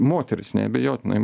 moterys neabejotinai